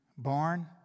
Barn